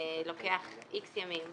אני ברוך אלפיה, יועץ בעולם כרטיסי אשראי.